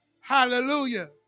Hallelujah